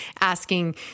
asking